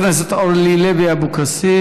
חברת הכנסת אורלי לוי אבקסיס,